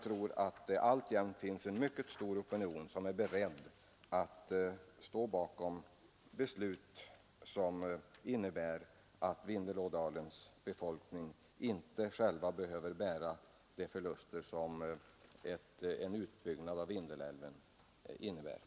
Jag tror att det alltjämt finns en mycket stor opinion som är beredd att stå bakom åtgärder som innebär att Vindelådalens befolkning inte själv behöver bära de förluster som beslutet att inte bygga ut älven för med sig.